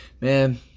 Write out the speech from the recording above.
Man